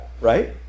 right